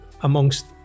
amongst